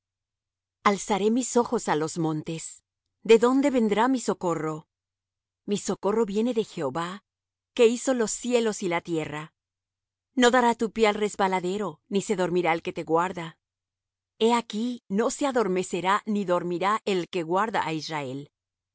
alzaré mis ojos á los montes de donde vendrá mi socorro mi socorro viene de jehová que hizo los cielos y la tierra no dará tu pie al resbaladero ni se dormirá el que te guarda he aquí no se adormecerá ni dormirá el que guarda á israel